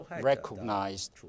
recognized